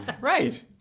Right